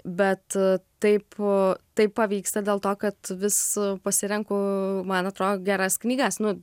bet taip tai pavyksta dėl to kad vis pasirenku man atrodo geras knygas nu